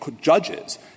judges